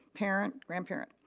parent, grandparent.